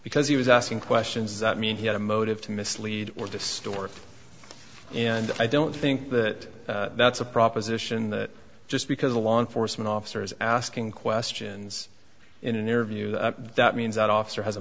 because he was asking questions that mean he had a motive to mislead or distort and i don't think that that's a proposition that just because a law enforcement officer is asking questions in an interview that means that officer has a